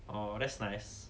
!aww! that's nice